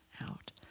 out